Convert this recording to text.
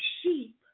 sheep